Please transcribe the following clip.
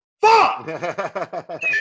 Fuck